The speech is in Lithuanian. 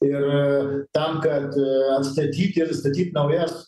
ir tam kad atstatyti ir statyt naujas